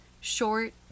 short